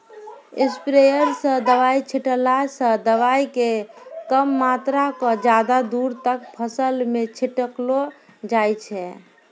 sprayer स दवाय छींटला स दवाय के कम मात्रा क ज्यादा दूर तक फसल मॅ छिटलो जाय छै